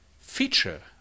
feature